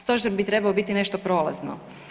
Stožer bi trebao biti nešto prolazno.